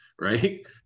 right